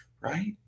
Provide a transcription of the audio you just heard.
right